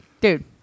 Dude